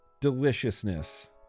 Deliciousness